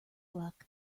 luck